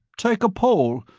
take a poll.